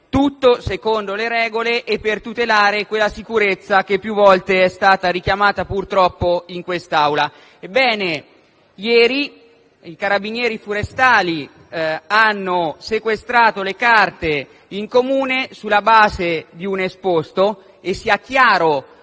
Tutto secondo le regole e per tutelare quella sicurezza che più volte è stata purtroppo richiamata in quest'Aula. Ebbene, ieri i carabinieri forestali hanno sequestrato le carte in Comune sulla base di un esposto. Sia chiaro,